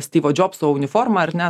styvo džiobso uniformą ar ne